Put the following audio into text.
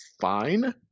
fine